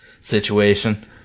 situation